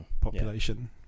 Population